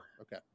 okay